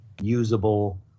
usable